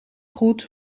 goed